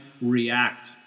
react